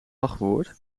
wachtwoord